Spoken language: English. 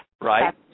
right